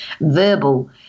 verbal